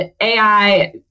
AI